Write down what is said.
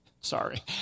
Sorry